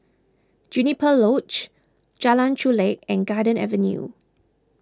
Juniper Lodge Jalan Chulek and Garden Avenue